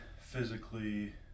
physically